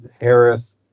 Harris